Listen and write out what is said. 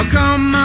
come